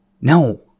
No